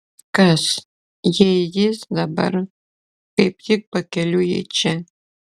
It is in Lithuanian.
kas jei jis dabar kaip tik pakeliui į čia